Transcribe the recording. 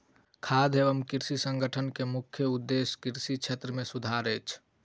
खाद्य एवं कृषि संगठन के मुख्य उदेश्य कृषि क्षेत्र मे सुधार अछि